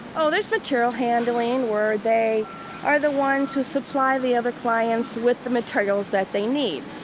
oh, there's material-handling, where they are the ones who supply the other clients with the materials that they need.